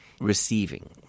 receiving